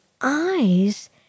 eyes